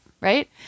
Right